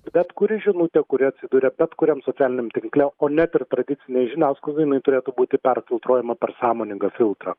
bet kuri žinutė kuri atsiduria bet kuriam socialiniam tinkle o net ir tradicinėj žiniasklaidoj jinai turėtų būti perfiltruojama per sąmoningą filtrą